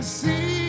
see